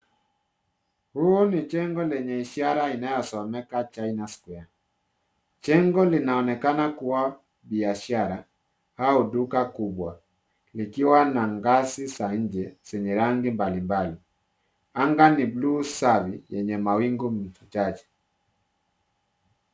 Huu ni jengo lenye ishara inayosomeka China square .Jengo linaonekana kuwa la biashara au duka kubwa likiwa na ngazi za nje zenye rangi mbalimbali. Anga ni buluu safi yenye mawingu machache.